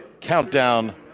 countdown